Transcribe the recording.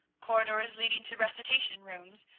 corridors leading to recitation rooms,